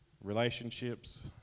relationships